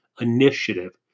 initiative